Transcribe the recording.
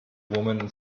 woman